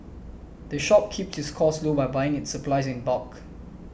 the shop keeps its costs low by buying its supplies in bulk